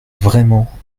vraiment